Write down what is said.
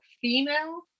female